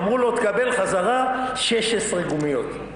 אמרו לו: תקבל חזרה 16 גומיות,